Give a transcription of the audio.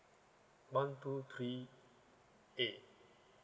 one two three a